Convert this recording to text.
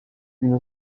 une